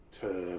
term